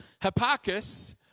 Hipparchus